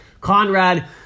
Conrad